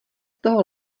toho